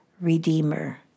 Redeemer